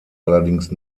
allerdings